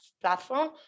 platform